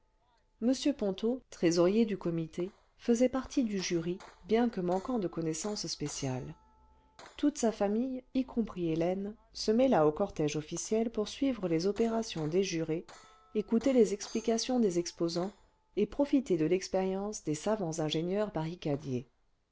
m ponto trésorier clu comité faisait partie du jury bien que manquant cle connaissances spéciales toute sa famille y compris hélène se mêla au cortège officiel pour suivre les opérations des jurés écouter les explications des exposants et profiter de l'expérience des savants ingénieurs barricadiers